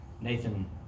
Nathan